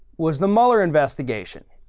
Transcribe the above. was the mueller investigation.